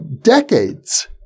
decades